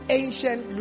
ancient